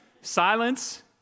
Silence